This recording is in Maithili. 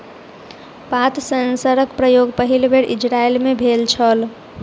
पात सेंसरक प्रयोग पहिल बेर इजरायल मे भेल छल